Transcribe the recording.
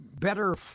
better